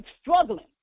struggling